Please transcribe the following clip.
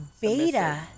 beta